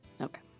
Okay